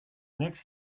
next